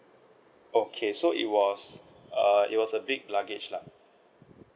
okay so it was err it was a big luggage lah